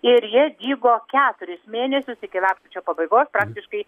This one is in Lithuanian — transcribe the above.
ir jie dygo keturis mėnesius iki lapkričio pabaigos praktiškai